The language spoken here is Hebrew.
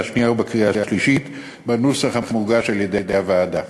השנייה ובקריאה השלישית בנוסח המוגש על-ידי הוועדה.